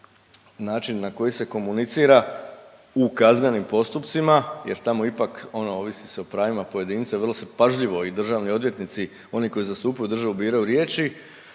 način na koji se komunicira u kaznenim postupcima jer tamo ipak ono ovisi se o pravima pojedinca i vrlo se pažljivo i državni odvjetnici, oni koji zastupaju državu biraju riječi,